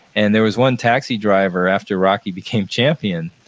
and there was one taxi driver after rocky became champion,